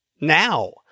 now